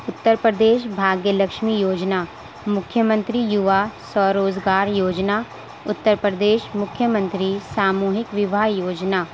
اترپردیش بھاگیہ لکشمی یوجنا مکھیہ منتری یووا سوو روزگار یوجنا اترپردیش مکھیہ منتری ساموہک وواہ یوجنا